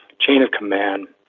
chain of command,